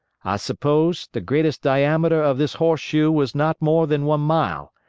i suppose the greatest diameter of this horseshoe was not more than one mile,